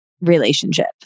relationship